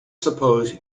suppose